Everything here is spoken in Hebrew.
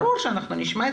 ברור שאנחנו נשמע.